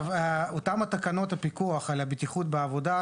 אותן תקנות הפיקוח על הבטיחות בעבודה,